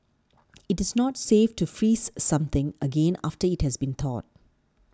it is not safe to freeze something again after it has thawed